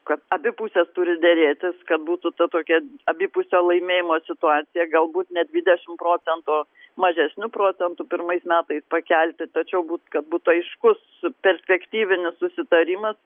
kad abi pusės turi derėtis kad būtų ta tokia abipusio laimėjimo situacija galbūt ne dvidešimt procentų mažesniu procentu pirmais metais pakelti tačiau būt kad būtų aiškus perspektyvinis susitarimas